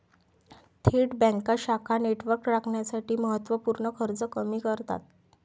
थेट बँका शाखा नेटवर्क राखण्यासाठी महत्त्व पूर्ण खर्च कमी करतात